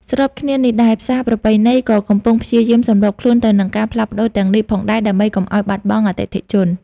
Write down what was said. ស្របគ្នានេះដែរ ផ្សារប្រពៃណី ក៏កំពុងព្យាយាមសម្របខ្លួនទៅនឹងការផ្លាស់ប្តូរទាំងនេះផងដែរ ដើម្បីកុំឲ្យបាត់បង់អតិថិជន។